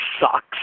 sucks